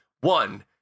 One